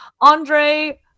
Andre